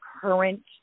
current